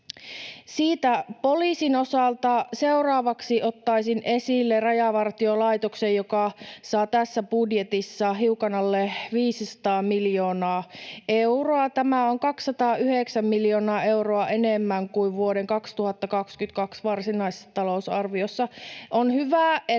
Se poliisin osalta. Seuraavaksi ottaisin esille Rajavartiolaitoksen, joka saa tässä budjetissa hiukan alle 500 miljoonaa euroa. Tämä on 209 miljoonaa euroa enemmän kuin vuoden 2022 varsinaisessa talousarviossa. On hyvä, että